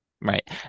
Right